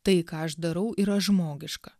tai ką aš darau yra žmogiška